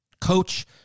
coach